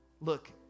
Look